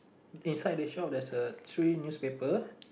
inside the shop there's uh three newspaper